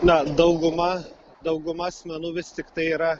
na dauguma dauguma asmenų vis tiktai yra